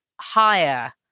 higher